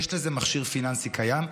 יש לזה מכשיר פיננסי קיים.